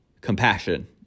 compassion